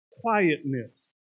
quietness